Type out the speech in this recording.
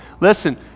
Listen